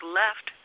left